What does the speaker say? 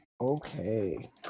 Okay